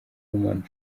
women